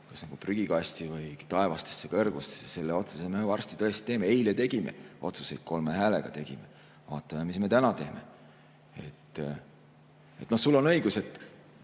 kas prügikasti või taevastesse kõrgustesse, me varsti tõesti teeme. Eile tegime otsuseid, kolme häälega tegime. Vaatame, mis me täna teeme. Sul on õigus.